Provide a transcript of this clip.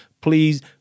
please